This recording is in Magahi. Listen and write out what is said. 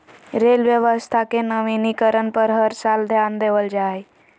रेल व्यवस्था के नवीनीकरण पर हर साल ध्यान देवल जा हइ